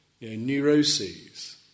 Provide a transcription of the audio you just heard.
neuroses